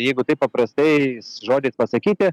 jeigu taip paprastais žodžiais pasakyti